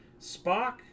Spock